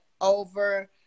over